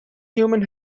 human